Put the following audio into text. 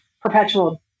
perpetual